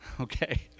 okay